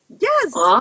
Yes